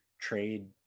trade